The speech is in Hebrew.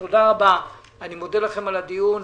תודה רבה, אני מודה לכם על הדיון.